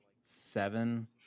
seven